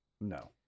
No